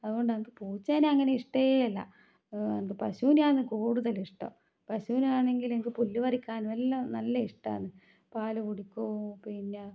അതുകൊണ്ട് എനിക്ക് പൂച്ചേനെ അങ്ങനെ ഇഷ്ടമേ അല്ല എന്ത് പശൂനെയാന്ന് കൂടുതലിഷ്ടം പശൂനെയാണെങ്കിൽ എനിക്ക് പുല്ല് പറിക്കാനും എല്ലാം നല്ല ഇഷ്ടമാണ് പാൽ കുടിക്കോം പിന്നെ